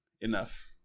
enough